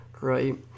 right